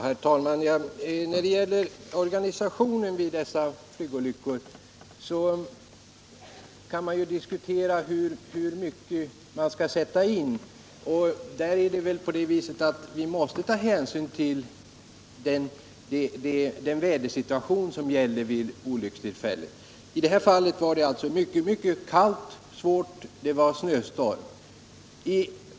Herr talman! Man kan naturligtvis diskutera hur mycket resurser man skall sätta in i räddningsarbetet vid dessa flygolyckor. Vi måste därvid ta hänsyn till den vädersituation som råder vid olyckstillfället. När olyckan utanför Gävle inträffade var det mycket kallt och snöstorm.